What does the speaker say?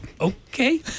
Okay